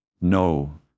no